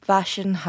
Fashion